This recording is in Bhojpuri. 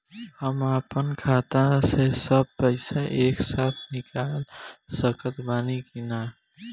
हम आपन खाता से सब पैसा एके साथे निकाल सकत बानी की ना?